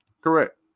Correct